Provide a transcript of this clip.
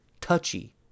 Touchy